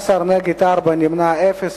בעד, 15, נגד, 4, נמנעים, אפס.